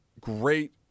great